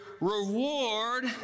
reward